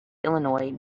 illinois